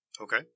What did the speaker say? okay